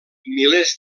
milers